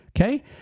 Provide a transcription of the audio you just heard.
Okay